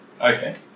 Okay